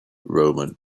roman